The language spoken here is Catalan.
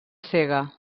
cega